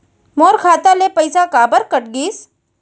मोर खाता ले पइसा काबर कट गिस?